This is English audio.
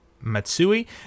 matsui